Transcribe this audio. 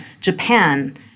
Japan